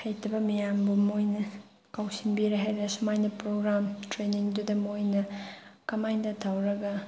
ꯍꯩꯇꯕ ꯃꯌꯥꯝꯕꯨ ꯃꯣꯏꯅ ꯀꯧꯁꯤꯟꯕꯤꯔꯦ ꯍꯥꯏꯔ ꯁꯨꯃꯥꯏꯅ ꯄ꯭ꯔꯣꯒ꯭ꯔꯥꯝ ꯇ꯭ꯔꯦꯅꯤꯡꯗꯨꯗ ꯃꯣꯏꯅ ꯀꯃꯥꯏꯅ ꯇꯧꯔꯒ